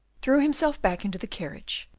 threw himself back into the carriage,